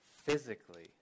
physically